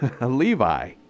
Levi